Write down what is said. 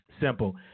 Simple